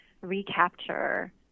recapture